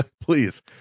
please